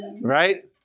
right